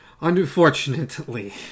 Unfortunately